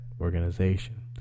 organization